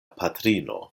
patrino